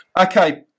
Okay